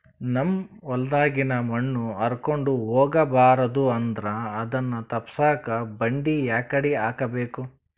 ನಮ್ ಹೊಲದಾಗಿನ ಮಣ್ ಹಾರ್ಕೊಂಡು ಹೋಗಬಾರದು ಅಂದ್ರ ಅದನ್ನ ತಪ್ಪುಸಕ್ಕ ಬಂಡಿ ಯಾಕಡಿ ಹಾಕಬೇಕು?